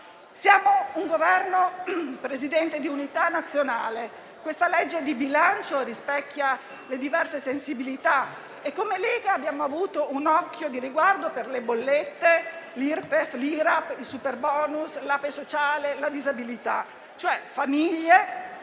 siamo un Governo di unità nazionale. La legge di bilancio rispecchia le diverse sensibilità e come Lega abbiamo avuto un occhio di riguardo per le bollette, l'Irpef, l'IRAP, il superbonus, l'APE sociale, la disabilità, cioè famiglie,